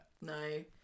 No